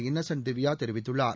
Innocent Divya தெரிவித்துள்ளார்